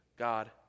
God